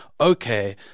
okay